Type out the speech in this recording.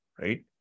right